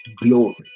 glory